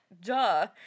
duh